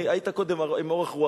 היית קודם עם אורך רוח.